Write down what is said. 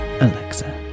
Alexa